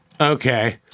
Okay